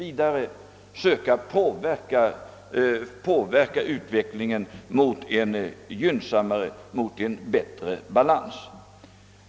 Vi måste försöka leda utvecklingen mot en bättre balans.